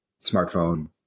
smartphone